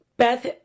Beth